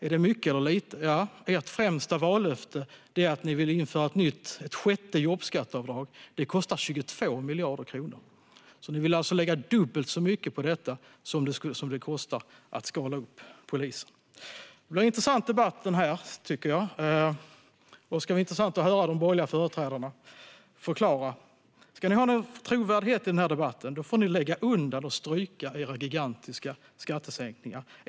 Är det mycket eller lite? Ja, ert främsta vallöfte handlar om att ni vill införa ett sjätte jobbskatteavdrag. Det kostar 22 miljarder kronor. Ni vill alltså lägga dubbelt så mycket på detta som det kostar att skala upp polisen. Detta blir en intressant debatt, tycker jag. Det ska bli intressant att höra de borgerliga företrädarna förklara. Ska ni ha någon trovärdighet i denna debatt får ni lägga undan och stryka era gigantiska skattesänkningar.